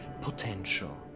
potential